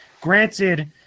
granted